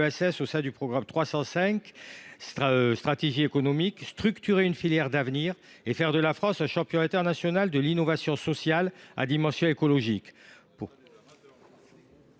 au sein du programme 305 « Stratégies économiques », structurer une filière d’avenir et faire de la France un champion international de l’innovation sociale à dimension écologique.